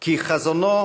כי חזונו